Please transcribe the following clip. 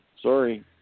Sorry